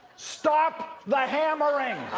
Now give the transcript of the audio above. stop the hammering.